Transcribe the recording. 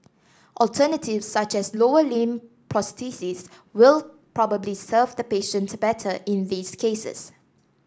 alternatives such as lower limb prosthesis will probably serve the patient better in these cases